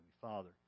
Father